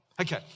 Okay